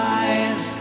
eyes